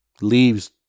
Leaves